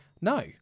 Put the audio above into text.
no